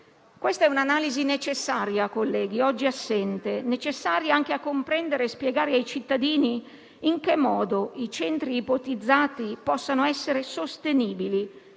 enti. È un'analisi necessaria, colleghi, oggi assente; necessaria anche a comprendere e spiegare ai cittadini in che modo i centri ipotizzati possano essere sostenibili,